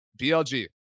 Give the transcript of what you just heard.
BLG